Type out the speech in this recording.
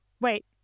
Wait